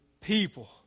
people